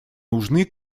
нужны